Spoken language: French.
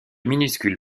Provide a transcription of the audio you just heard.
minuscule